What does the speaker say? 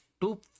two